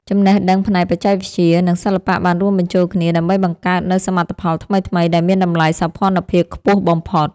ចំណេះដឹងផ្នែកបច្ចេកវិទ្យា និង សិល្បៈបានរួមបញ្ចូលគ្នាដើម្បីបង្កើតនូវសមិទ្ធផលថ្មីៗដែលមានតម្លៃសោភ័ណភាពខ្ពស់បំផុត។